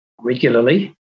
regularly